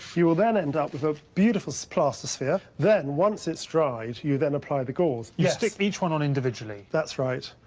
you will then end up with a beautiful plaster sphere. then, once it's dried, you then apply the gauze. you stick each one on individually? that's right.